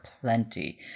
plenty